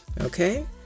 Okay